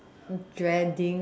dreading